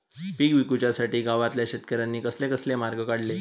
पीक विकुच्यासाठी गावातल्या शेतकऱ्यांनी कसले कसले मार्ग काढले?